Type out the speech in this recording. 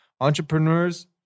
Entrepreneurs